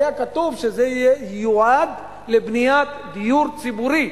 היה כתוב שזה ייועד לבניית דיור ציבורי.